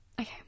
okay